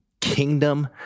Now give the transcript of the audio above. kingdom